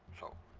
so,